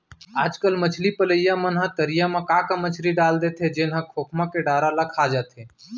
आजकल मछरी पलइया मन ह तरिया म का का मछरी ल डाल देथे जेन ह खोखमा के डारा ल खा जाथे